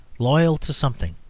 loyal to something.